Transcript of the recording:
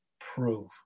prove